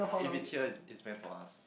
if is here is is best for us